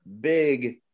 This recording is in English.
big